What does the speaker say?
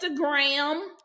Instagram